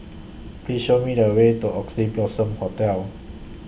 Please Show Me The Way to Oxley Blossom Hotel